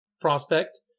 prospect